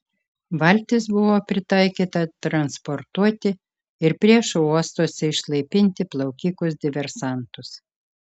valtis buvo pritaikyta transportuoti ir priešo uostuose išlaipinti plaukikus diversantus